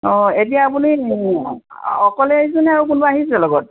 অঁ এতিয়া আপুনি অকলে আহিছেনে আৰু কোনোবা আহিছে লগত